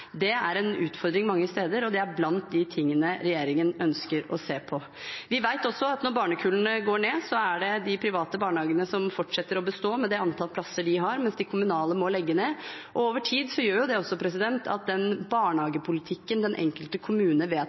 er en utfordring mange steder, og det er blant de tingene regjeringen ønsker å se på. Vi vet også at når barnekullene går ned, er det de private barnehagene som fortsetter å bestå, med det antallet plasser de har, mens de kommunale må legge ned. Over tid gjør det også at den barnehagepolitikken den enkelte kommune